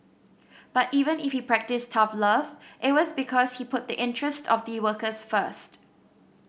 but even if he practised tough love it was because he put the interest of the workers first